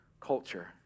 culture